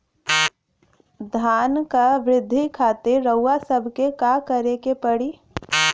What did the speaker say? धान क वृद्धि खातिर रउआ सबके का करे के पड़ी?